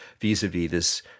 vis-a-vis